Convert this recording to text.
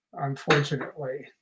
unfortunately